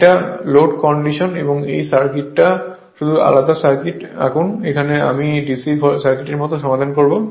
এটা লোড কন্ডিশনে এই সার্কিটটা শুধু দুটি আলাদা সার্কিট আঁকুন এখানে আমি DC সার্কিটের মতো সমাধান করব